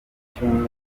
cyumweru